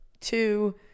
two